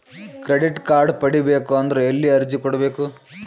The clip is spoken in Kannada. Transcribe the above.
ಕ್ರೆಡಿಟ್ ಕಾರ್ಡ್ ಪಡಿಬೇಕು ಅಂದ್ರ ಎಲ್ಲಿ ಅರ್ಜಿ ಕೊಡಬೇಕು?